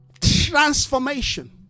Transformation